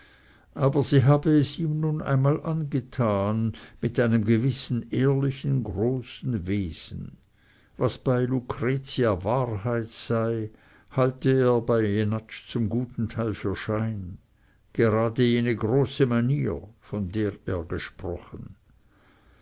aber sie habe es ihm nun einmal angetan mit einem gewissen ehrlichen großen wesen was bei lucretia wahrheit sei halte er bei jenatsch zum guten teil für schein gerade jene große manier von der er gesprochen